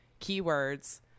keywords